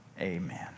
amen